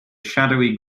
shadowy